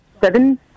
seven